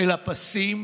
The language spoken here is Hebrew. אל הפסים,